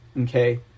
Okay